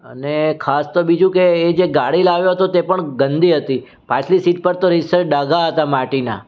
અને ખાસ તો બીજું કે એ જે ગાડી લાવ્યો તો તે પણ ગંદી હતી પાછલી સીટ પર તો રીતસર ડાઘા હતા માટીના